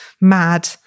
mad